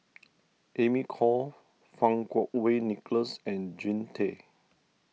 Amy Khor Fang Kuo Wei Nicholas and Jean Tay